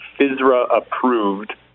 FISRA-approved